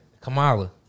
Kamala